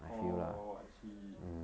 orh I see